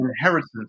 inheritance